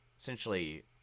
Essentially